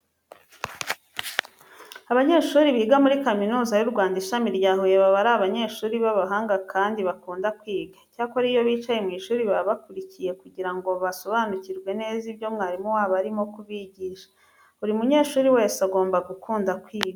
Abanyeshuri biga muri Kaminuza y'u Rwanda, Ishami rya Huye baba ari abanyeshuri b'abahanga kandi bakunda kwiga. Icyakora iyo bicaye mu ishuri baba bakurikiye kugira ngo basobanukirwe neza ibyo mwarimu wabo aba arimo kubigisha. Buri munyeshuri wese agomba gukunda kwiga.